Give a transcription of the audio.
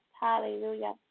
Hallelujah